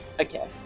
Okay